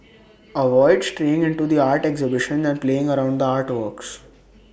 avoid straying into the art exhibitions and playing around the artworks